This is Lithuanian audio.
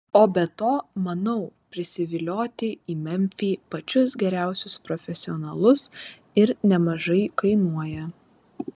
o be to manau prisivilioti į memfį pačius geriausius profesionalus ir nemažai kainuoja